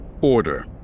order